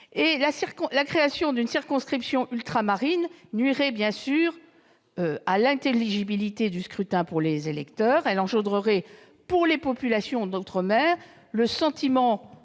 La création d'une circonscription ultramarine nuirait évidemment à l'intelligibilité du scrutin pour les électeurs. Elle créerait pour les populations d'outre-mer le sentiment